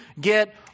get